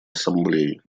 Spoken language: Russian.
ассамблеи